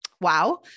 wow